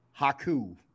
Haku